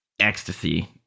ecstasy